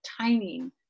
timing